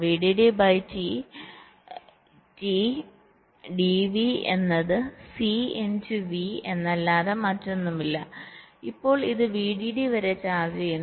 VDD by T DV എന്നത് C into V എന്നതല്ലാതെ മറ്റൊന്നുമല്ല ഇപ്പോൾ ഇത് VDD വരെ ചാർജ് ചെയ്യുന്നു